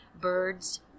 Birds